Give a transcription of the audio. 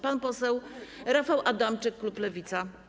Pan poseł Rafał Adamczyk, klub Lewica.